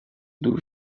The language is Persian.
دور